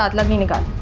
like let me take ah